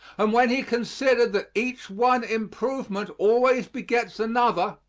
and when he considered that each one improvement always begets another,